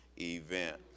event